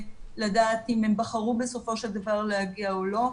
לדעת אם הם בחרו בסופו של דבר להגיע או לא,